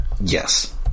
Yes